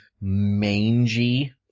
mangy